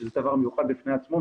שזה דבר מיוחד בפני עצמו,